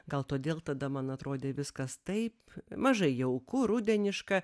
gal todėl tada man atrodė viskas taip mažai jauku rudeniška